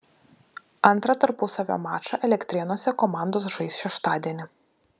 antrą tarpusavio mačą elektrėnuose komandos žais šeštadienį